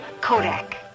Kodak